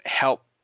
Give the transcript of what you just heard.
help